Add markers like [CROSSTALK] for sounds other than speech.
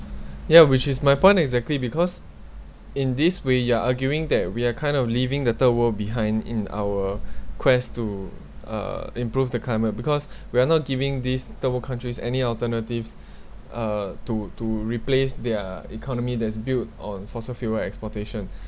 ya which is my point exactly because in this way you're arguing that we're kind of leaving the third world behind in our [BREATH] quest to uh improve the climate because [BREATH] we are not giving this third world countries any alternatives uh to to replace their economy that's built on fossil fuel exportation [BREATH]